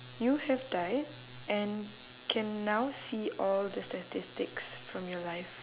you have died and can now see all the statistics from your life